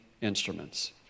instruments